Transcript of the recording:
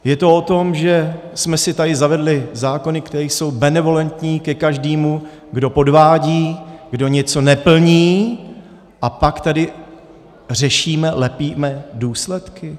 Je to o tom, že jsme si tady zavedli zákony, které jsou benevolentní ke každému, kdo podvádí, kdo něco neplní, a pak tady řešíme, lepíme důsledky?